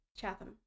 Chatham